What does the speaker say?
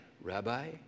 Rabbi